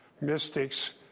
mystics